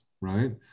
right